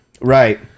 Right